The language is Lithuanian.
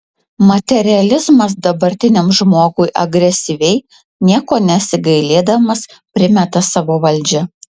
materializmas dabartiniam žmogui agresyviai nieko nesigailėdamas primeta savo valdžią